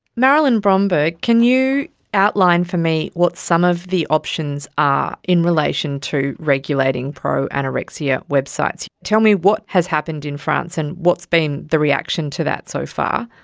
marilyn bromberg, can you outline for me what some of the options are in relation to regulating pro-anorexia websites? tell me what has happened in france and what has been the reaction to that so far.